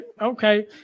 Okay